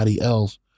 else